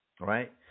right